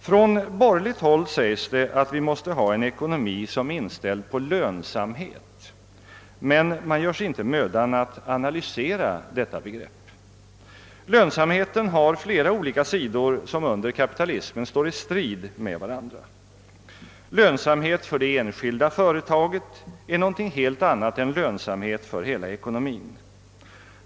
Från borgerligt håll sägs det att vi måste ha en ekonomi som är inställd på lönsamhet, men man gör sig inte mödan att analysera detta begrepp. Lönsamheten har flera olika sidor som under kapitalismen står i strid med varandra. Lönsamhet för det enskilda företaget är något helt annat än lönsamhet för hela ekonomin.